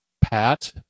PAT